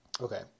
Okay